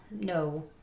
no